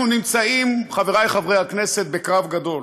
אנחנו נמצאים, חברי חברי הכנסת, בקרב גדול: